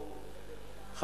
אדוני סגן השר,